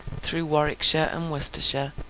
through warwickshire and worcestershire,